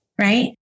Right